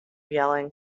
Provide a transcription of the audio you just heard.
yelling